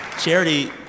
Charity